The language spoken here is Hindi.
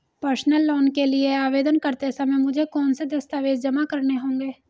पर्सनल लोन के लिए आवेदन करते समय मुझे कौन से दस्तावेज़ जमा करने होंगे?